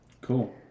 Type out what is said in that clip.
Cool